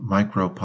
Micro